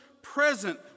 present